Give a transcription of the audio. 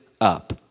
up